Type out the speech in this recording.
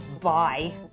Bye